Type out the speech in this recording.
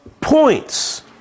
points